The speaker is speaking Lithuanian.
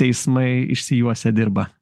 teismai išsijuosę dirba